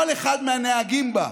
כל אחד מהנהגים שבה,